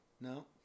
No